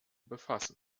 befassen